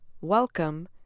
Welcome